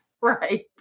Right